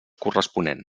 corresponent